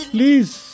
Please